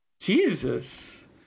Jesus